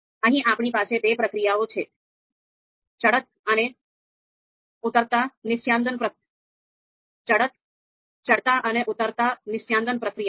અહીં આપણી પાસે બે પ્રક્રિયાઓ છે ચડતા અને ઉતરતા નિસ્યંદન પ્રક્રિયાઓ